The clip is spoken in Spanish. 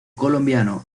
colombiano